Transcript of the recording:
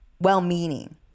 well-meaning